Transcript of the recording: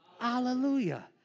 Hallelujah